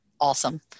Awesome